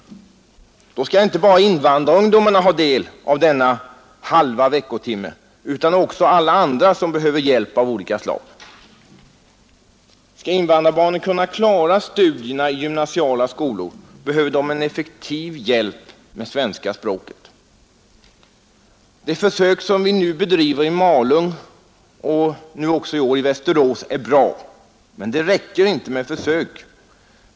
Då skall inte bara invandrarungdomarna få del av denna halva veckotimme utan också alla andra som behöver hjälp av olika slag. Skall invandrarbarnen kunna klara studier i gymnasiala skolor behöver de en effektiv hjälp med svenska språket. De försök som bedrivs i Malung och i år också i Västerås är bra. Men det räcker inte med försök.